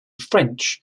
french